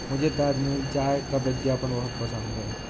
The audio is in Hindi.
मुझे ताजमहल चाय का विज्ञापन बहुत पसंद है